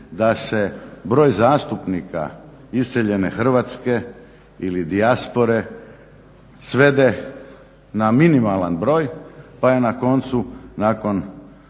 da se broj zastupnika iseljene Hrvatske ili dijaspore svede na minimalan broj pa je na koncu nakon